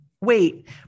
Wait